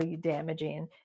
damaging